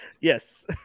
Yes